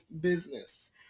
business